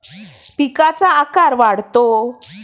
पिकांचा आकार वाढतो